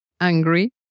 angry